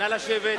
נא לשבת.